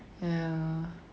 ya